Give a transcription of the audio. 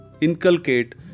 inculcate